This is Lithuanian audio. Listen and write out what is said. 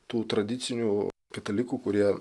tų tradicinių katalikų kurie